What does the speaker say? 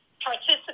participate